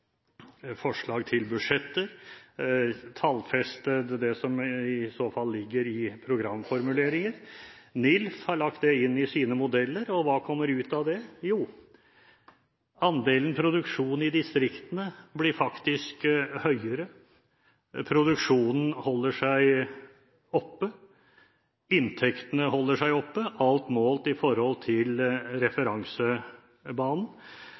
forslag til budsjetter og tallfester det som ligger i programformuleringer. NILF har lagt det inn i sine modeller, og hva kommer ut av det? Jo, andelen produksjon i distriktene blir faktisk høyere, produksjonen holder seg oppe, inntektene holder seg oppe – alt målt i forhold til